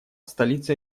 столица